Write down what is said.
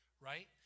right